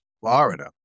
Florida